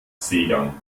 seegang